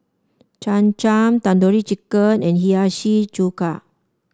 Cham Cham Tandoori Chicken and Hiyashi Chuka